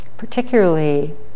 particularly